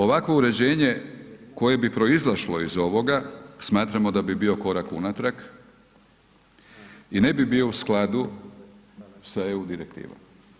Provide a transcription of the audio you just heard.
Ovakvo uređenje koje bi proizašlo iz ovoga smatramo da bi bio korak unatrag i ne bi bio u skladu sa EU direktivom.